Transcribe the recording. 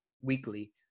weekly